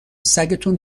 سگتون